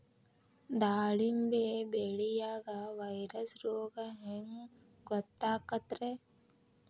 ದಾಳಿಂಬಿ ಬೆಳಿಯಾಗ ವೈರಸ್ ರೋಗ ಹ್ಯಾಂಗ ಗೊತ್ತಾಕ್ಕತ್ರೇ?